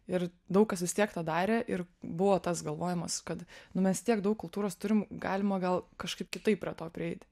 ir daug kas vis tiek tą darė ir buvo tas galvojimas kad nu mes tiek daug kultūros turim galima gal kažkaip kitaip prie to prieiti